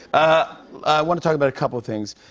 i want to talk about a couple of things.